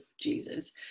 Jesus